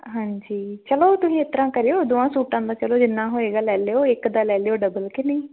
ਹਾਂਜੀ ਚਲੋ ਤੁਸੀਂ ਇਸ ਤਰ੍ਹਾਂ ਕਰਿਓ ਦੋਵਾਂ ਸੂਟਾਂ ਦਾ ਚਲੋ ਜਿੰਨਾ ਹੋਏਗਾ ਲੈ ਲਿਓ ਇੱਕ ਦਾ ਲੈ ਲਿਓ ਡਬਲ ਕਿ ਨਹੀਂ